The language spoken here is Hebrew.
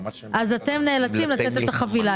אז אתם נאלצים לתת את החבילה.